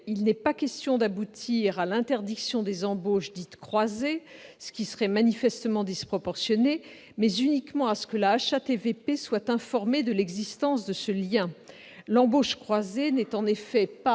il n'est pas question d'aboutir à l'interdiction des embauches dites « croisées », ce qui serait manifestement disproportionné. Il s'agit de faire en sorte que la HATVP soit informée de l'existence d'un tel lien. L'embauche croisée n'est pas, par